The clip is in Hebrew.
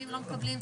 15:45.